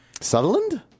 Sutherland